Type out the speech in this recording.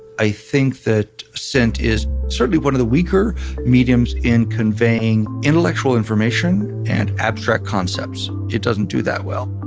i think that scent is certainly one of the weaker mediums in conveying intellectual information and abstract concepts. it doesn't do that well.